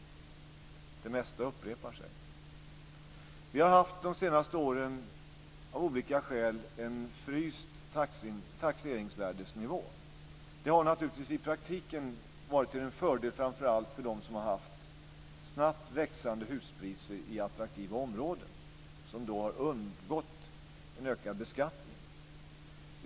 Det mesta upprepar sig. Vi har de senaste åren av olika skäl haft en fryst taxeringsvärdesnivå. Det har i praktiken varit till fördel, framför allt för dem med hus i attraktiva områden med snabbt växande huspriser. De har undgått en ökad beskattning.